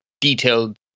detailed